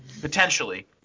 Potentially